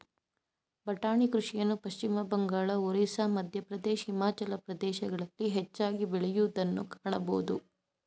ಬಟಾಣಿ ಕೃಷಿಯನ್ನು ಪಶ್ಚಿಮಬಂಗಾಳ, ಒರಿಸ್ಸಾ, ಮಧ್ಯಪ್ರದೇಶ್, ಹಿಮಾಚಲ ಪ್ರದೇಶಗಳಲ್ಲಿ ಹೆಚ್ಚಾಗಿ ಬೆಳೆಯೂದನ್ನು ಕಾಣಬೋದು